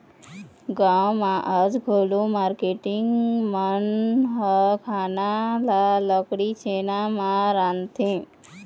गाँव म आज घलोक मारकेटिंग मन ह खाना ल लकड़ी, छेना म रांधथे